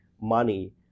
money